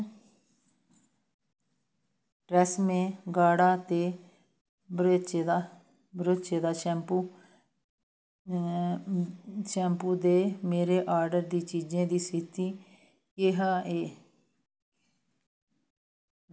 Tresemmé गाढ़ा ते भरेचे दा भरोचे दा शैम्पू शैम्पू दे मेरे आर्डर दी चीजें दी स्थिति केह् ऐ